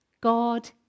God